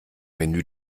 menü